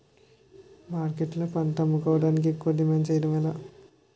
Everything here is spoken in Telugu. మార్కెట్లో పంట అమ్ముకోడానికి ఎక్కువ డిమాండ్ చేయడం ఎలా?